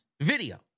video